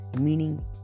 meaning